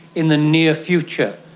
in the near future.